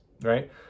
right